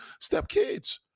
stepkids